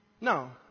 No